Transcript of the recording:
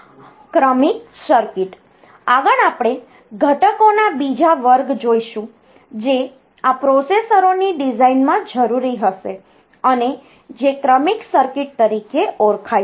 ક્રમિક સર્કિટસ આગળ આપણે ઘટકોના બીજા વર્ગ જોઈશુ જે આ પ્રોસેસરોની ડિઝાઇનમાં જરૂરી હશે અને જે ક્રમિક સર્કિટ તરીકે ઓળખાય છે